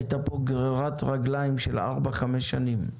הייתה פה גרירת רגליים של ארבע-חמש שנים,